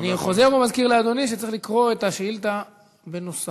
אני חוזר ומזכיר לאדוני שצריך לקרוא את השאילתה בנוסחה,